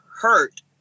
hurt